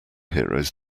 heroes